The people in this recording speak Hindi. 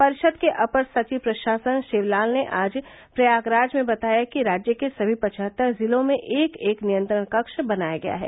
परिषद के अपर सचिव प्रशासन शिवलाल ने आज प्रयागराज में बताया कि राज्य के सभी पचहत्तर जिलों में एक एक नियंत्रण कक्ष बनाया गया है